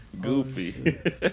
Goofy